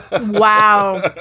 Wow